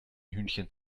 hühnchen